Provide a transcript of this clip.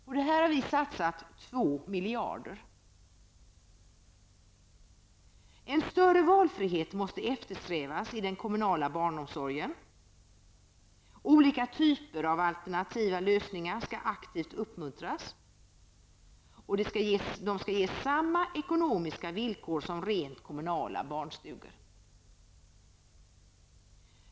På detta har vi satsat två miljarder. En större valfrihet måste eftersträvas i den kommunala barnomsorgen. Olika typer av alternativa lösningar skall aktivt uppmuntras, och de skall ges samma ekonomiska villkor som rent kommunala barnstugor.